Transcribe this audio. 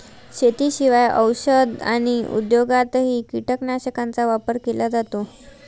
शेतीशिवाय औषध आणि उद्योगातही कीटकनाशकांचा वापर केला जातो